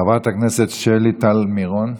חברת הכנסת שלי טל מירון,